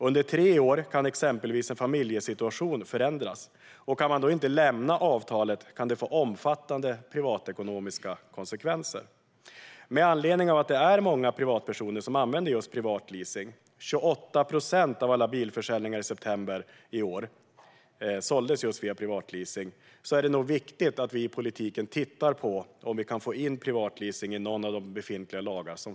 Under tre år kan exempelvis en familjesituation förändras, och kan man då inte lämna avtalet kan det få omfattande privatekonomiska konsekvenser. Med anledning av att det är många privatpersoner som använder privatleasing - 28 procent av alla bilförsäljningar i september i år skedde via privatleasing - är det viktigt att vi i politiken tittar på om vi kan föra in privatleasing i någon av de befintliga lagarna.